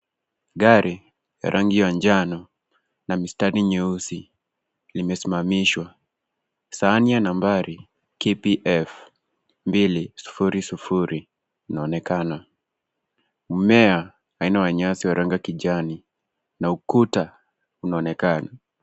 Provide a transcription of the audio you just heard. Gari ya rangi ya njano na mistari nyeusi imesimamishwa. Sahani ya nambari KPF 200 inaonekana. Mmea aina ya nyasi wa rangi ya kijani na ukuta unaonekana.